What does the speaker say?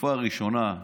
בתקופה הראשונה,